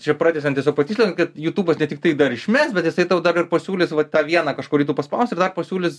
čia pratęsiant tiesiog patikslinant kad jutubas ne tiktai dar išmes bet jisai tau dar ir pasiūlys va tą vieną kažkurį tu paspausi ir dar pasiūlys